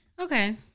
Okay